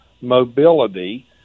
mobility